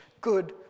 good